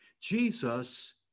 Jesus